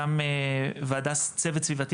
גם ועדת צוות סביבתי,